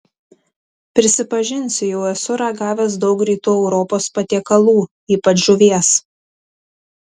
prisipažinsiu jau esu ragavęs daug rytų europos patiekalų ypač žuvies